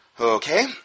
Okay